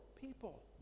people